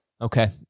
Okay